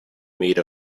made